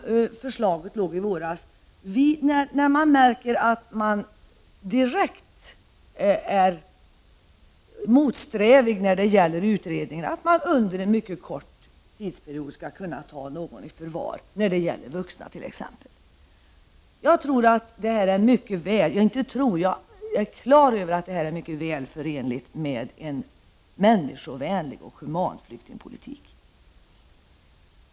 Förslaget i våras innehöll också att man t.ex. skulle kunna ta en vuxen i förvar under en mycket kort tidsperiod när man märker att denne direkt är motsträvig när det gäller utredningen. Det här är mycket väl förenligt med en människovänlig och human flyktingpolitik.